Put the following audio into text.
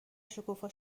شکوفا